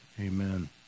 Amen